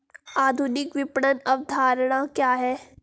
आधुनिक विपणन अवधारणा क्या है?